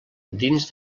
dins